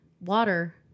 Water